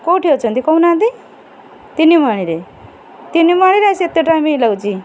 କେଉଁଠି ଅଛନ୍ତି କହୁନାହାନ୍ତି ତିନିମଣିରେ ତିନିମଣିରେ ସେତେ ଟାଇମ୍ ଇଏ ଲାଗୁଛି